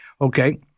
okay